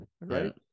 right